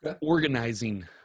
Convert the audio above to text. organizing